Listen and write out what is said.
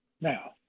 Now